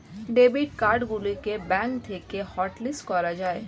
debit card গুলোকে bank থেকে hotlist করা যায়